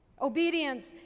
Obedience